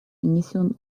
нанесен